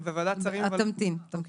רק בוועדת שרים --- תמתין, תמתין.